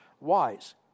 wise